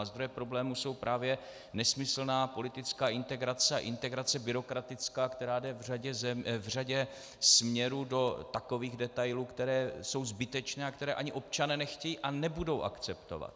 Zdroje problémů jsou právě nesmyslná politická integrace a integrace byrokratická, která jde v řadě směrů do takových detailů, které jsou zbytečné a které ani občané nechtějí a nebudou akceptovat.